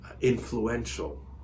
influential